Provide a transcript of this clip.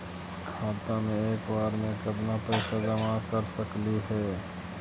खाता मे एक बार मे केत्ना पैसा जमा कर सकली हे?